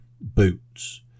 boots